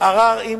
ערר אם